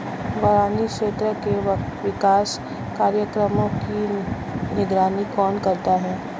बरानी क्षेत्र के विकास कार्यक्रमों की निगरानी कौन करता है?